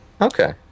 okay